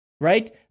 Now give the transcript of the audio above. right